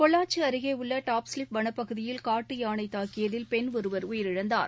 பொள்ளாச்சி அருகே உள்ள டாப்ஸ்லிப் வனப்பகுதியில் காட்டு யானை தாக்கியதில் பெண் ஒருவர் உயிரிழந்தார்